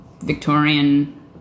Victorian